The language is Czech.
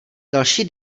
další